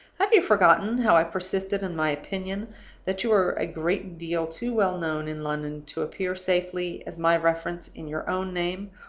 have you forgotten how i persisted in my opinion that you were a great deal too well known in london to appear safely as my reference in your own name,